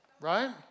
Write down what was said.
right